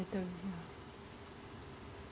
I don't know